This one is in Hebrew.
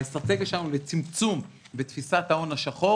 האסטרטגיה שלנו לצמצום ותפיסת ההון השחור